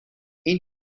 این